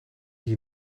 hier